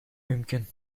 mümkün